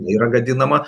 yra gadinama